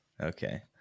Okay